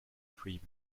three